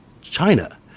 China